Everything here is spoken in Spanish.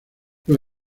los